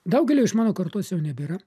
daugelio iš mano kartos jau nebėra